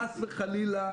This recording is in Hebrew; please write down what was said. חס וחלילה,